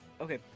Okay